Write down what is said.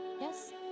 Yes